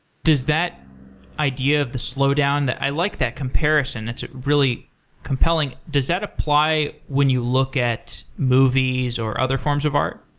does that idea of the slowdown i like that comparison, that's really compelling. does that apply when you look at movies and other forms of art?